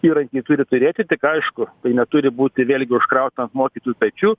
įrankį turi turėti tik aišku tai neturi būti vėlgi užkrauta ant mokytojų pečių